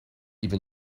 even